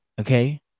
okay